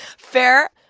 fair.